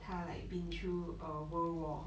他 like been through a world war